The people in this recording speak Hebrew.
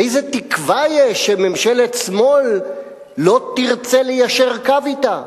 איזו תקווה יש שממשלת שמאל לא תרצה ליישר קו אתה?